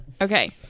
Okay